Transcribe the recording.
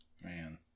Man